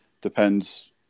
depends